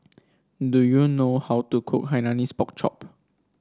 do you know how to cook Hainanese Pork Chop